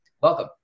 welcome